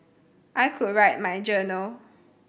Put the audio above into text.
I could write in my journal